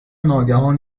ناگهان